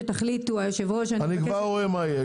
אני כבר רואה מה יהיה.